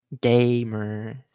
Gamer